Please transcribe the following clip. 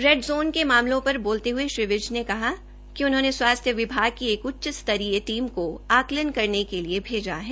red ज़ाने के मामलों पर बोलते हये श्री विज ने कहा कि उन्होंने स्वास्थ्य विभाग की एक उच्च स्तरीय टीम को आंकलन करने के लिए भेजा है